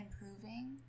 improving